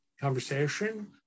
conversation